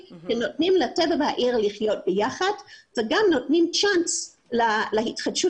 שנותנים לטבע והעיר לחיות ביחד וגם נותנים הזדמנות להתחדשות